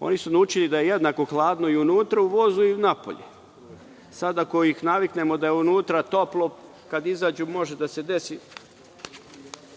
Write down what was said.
Oni su naučili da je jednako hladno unutra u vozu i napolju. Sada ako ih naviknemo da je unutra toplo, kad izađu može da se desi